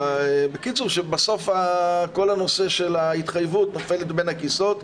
שבסוף כל הנושא של ההתחייבות נופל בין הכיסאות.